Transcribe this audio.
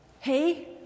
Hey